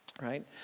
right